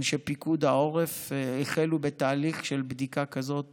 אנשי פיקוד העורף החלו בתהליך של בדיקה כזאת